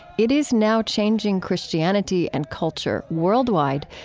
it is now changing christianity and culture worldwide,